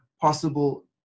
possible